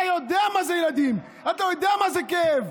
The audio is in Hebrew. אתה יודע מה זה ילדים, אתה יודע מה זה כאב.